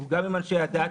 וגם אם אנשי הדת